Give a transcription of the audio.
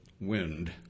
wind